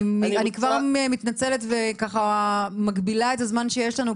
אני כבר מתנצלת וככה מגבילה את הזמן שיש לנו,